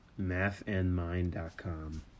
Mathandmind.com